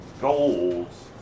goals